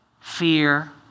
fear